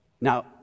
Now